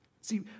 See